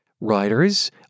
writers